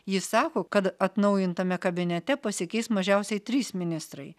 jis sako kad atnaujintame kabinete pasikeis mažiausiai trys ministrai